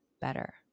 better